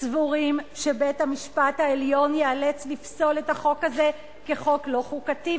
סבורים שבית-המשפט העליון ייאלץ לפסול את החוק הזה כחוק לא חוקתי,